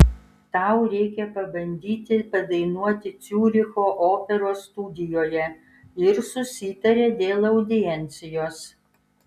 tau reikia pabandyti padainuoti ciuricho operos studijoje ir susitarė dėl audiencijos